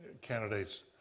candidates